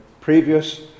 previous